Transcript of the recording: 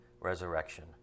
resurrection